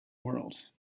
world